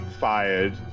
fired